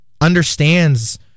understands